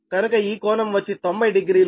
కనుక ఈ కోణం వచ్చి 900